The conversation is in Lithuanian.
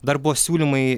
dar buvo siūlymai